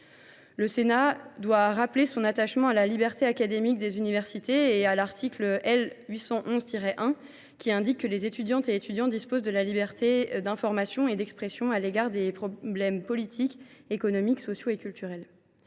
Le Sénat doit rappeler son attachement à la liberté académique des universités et à l’article L. 811 1 du code de l’éducation, aux termes duquel les étudiantes et étudiants « disposent de la liberté d’information et d’expression à l’égard des problèmes politiques, économiques, sociaux et culturels